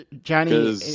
Johnny